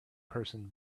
person